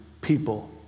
people